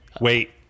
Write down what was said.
Wait